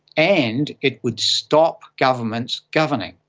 and it would stop governments governing.